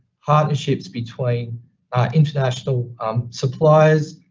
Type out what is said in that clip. partnerships between international suppliers,